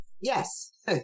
yes